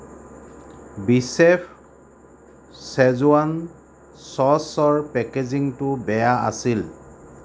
বিচেফ schezwan চচৰ পেকেজিঙটো বেয়া আছিল